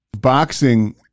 Boxing